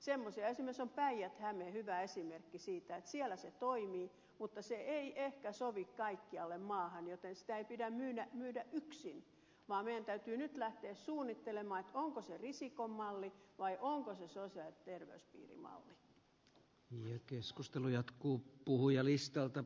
siitä on esimerkiksi päijät häme hyvä esimerkki siellä ne toimivat mutta se ei ehkä sovi kaikkialle maahan joten sitä ei pidä myydä yksin vaan meidän täytyy nyt lähteä suunnittelemaan onko se risikon malli vai onko se sosiaali ja terveyspiirimalli